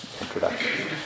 introduction